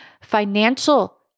Financial